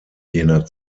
jener